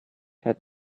had